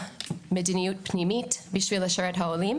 מדיניות פנימית בשביל לשרת את העולים,